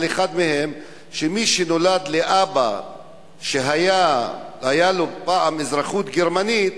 הוא שמי שנולד לאבא שהיתה לו פעם אזרחות גרמנית,